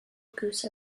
goose